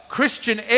Christian